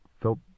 felt